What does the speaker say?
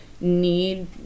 need